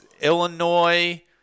Illinois